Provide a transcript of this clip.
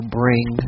bring